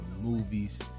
movies